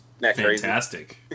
fantastic